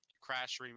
Crash